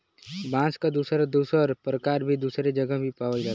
बांस क दुसर दुसर परकार भी दुसरे जगह पावल जाला